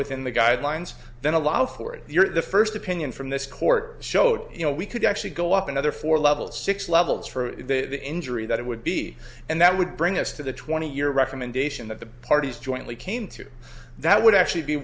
within the guidelines then allow for it you're the first opinion from this court showed you know we could actually go up another four level six levels for that injury that it would be and that would bring us to the twenty year recommendation that the parties jointly came to that would actually be